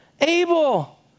Abel